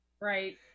Right